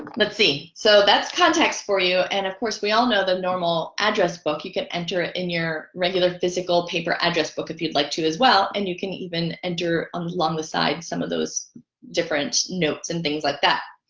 let's see so that's context for you and of course we all know the normal address book you can enter in your regular physical paper address book if you'd like to as well and you can even enter along the side some of those different notes and things like that